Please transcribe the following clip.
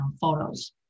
photos